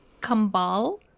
Kambal